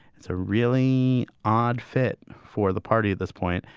it's a really odd fit for the party at this point.